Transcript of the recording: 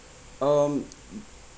um